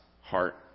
heart